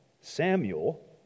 Samuel